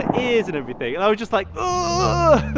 ears, and everything, and i was just like. ah